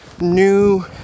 new